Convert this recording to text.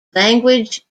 language